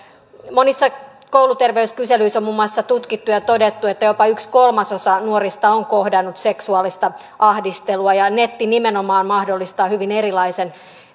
monissa kouluterveyskyselyissä on tutkittu ja todettu että jopa yksi kolmasosa nuorista on kohdannut seksuaalista ahdistelua netti nimenomaan mahdollistaa hyvin erilaisen